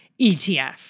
ETF